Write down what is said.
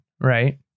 right